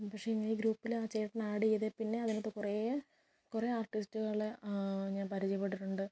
പക്ഷേ ഇങ്ങനെ ഈ ഗ്രൂപ്പിൽ ആ ചേട്ടൻ ആഡ് ചെയ്തേ പിന്നെ അതിനകത്തു കുറെ കുറെ ആർട്ടിസ്റ്റുകളെ ഞാൻ പരിചയപ്പെട്ടിട്ടുണ്ട്